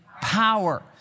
power